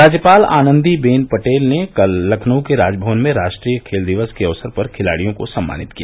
राज्यपाल आनन्दी बेन पटेल ने कल लखनऊ के राजभवन में राष्ट्रीय खेल दिवस के अवसर पर खिलाड़ियों को सम्मानित किया